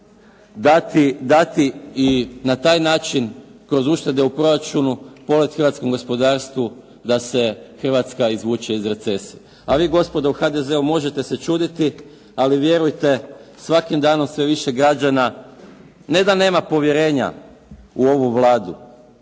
dati i na taj način kroz uštede u proračunu polet hrvatskom gospodarstvu da se Hrvatska izvuće iz recesije. A vi gospodo u HDZ-u možete se čuditi, ali vjerujte svakim danom sve više građana ne da nema povjerenja u ovu Vladu,